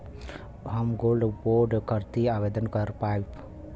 हम gold bond करती आवेदन कर पाईब?